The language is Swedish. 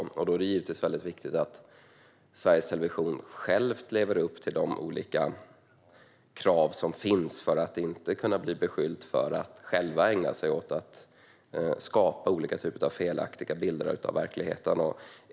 Då är det givetvis viktigt att Sveriges Television själva lever upp till de olika krav som finns för att inte kunna bli beskyllda för att själva ägna sig åt att skapa olika typer av felaktiga bilder av verkligheten.